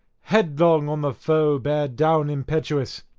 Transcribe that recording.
headlong on the foe bear down impetuous.